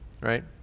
Right